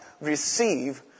receive